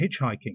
hitchhiking